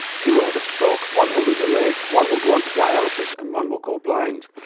two will have a stroke, one will lose a leg, one will go onto dialysis and one will go blind.